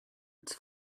its